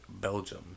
Belgium